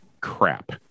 crap